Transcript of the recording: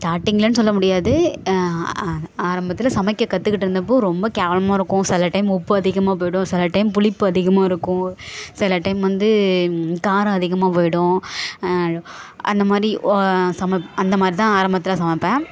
ஸ்டார்டிங்கில்ன்னு சொல்ல முடியாது ஆரம்பத்தில் சமைக்க கற்றுக்கிட்டு இருந்தப்போது ரொம்ப கேவலமாக இருக்கும் சில டைம் உப்பு அதிகமாக போய்விடும் சில டைம் புளிப்பு அதிகமாக இருக்கும் சில டைம் வந்து காரம் அதிகமாக போய்விடும் அந்த மாதிரி ஓ சமப் அந்த மாதிரி தான் ஆரம்பத்தில் சமைப்பேன்